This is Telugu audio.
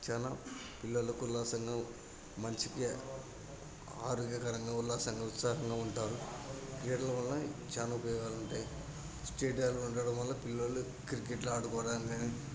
చాలా పిల్లలకు ఉల్లాసంగా మంచికి ఆరోగ్యకరంగా ఉల్లాసంగా ఉత్సాహంగా ఉంటారు క్రీడల వలన చాలా ఉపయోగాలు ఉంటాయి స్టేడియాలు ఉండడం వల్ల పిల్లలు క్రికెట్లు ఆడుకోవడం కానీ